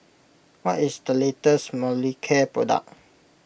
what is the latest Molicare product